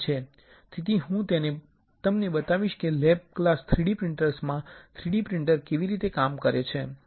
તેથી હું તે તમને બતાવીશ કે લેબ ક્લાસ 3D પ્રિંટર્સમાં 3D પ્રિંટર કેવી રીતે કામ કરે છે